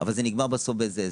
אבל זה נגמר בסוף באיזה הסדר.